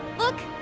look,